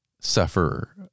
sufferer